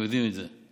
והם יודעים את זה.